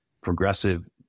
progressive